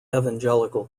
evangelical